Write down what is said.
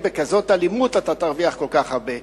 בכזאת אלימות אתה תרוויח כל כך הרבה?